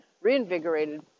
reinvigorated